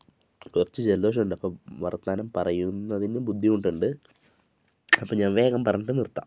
കുറച്ച് ജലദോഷമുണ്ട് അപ്പം വർത്താനം പറയുന്നതിന് ബുദ്ധിമുട്ടുണ്ട് അപ്പം ഞാൻ വേഗം പറഞ്ഞിട്ട് നിർത്താം